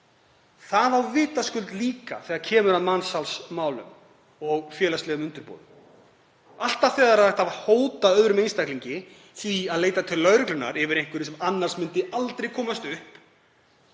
Það á vitaskuld líka við þegar kemur að mansalsmálum og félagslegum undirboðum. Alltaf þegar hægt er að hóta öðrum einstaklingi því að leita til lögreglunnar yfir einhverju sem annars myndi aldrei komast upp